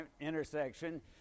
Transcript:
intersection